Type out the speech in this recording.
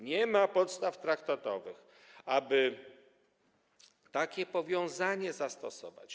Nie ma podstaw traktatowych, aby takie powiązanie zastosować.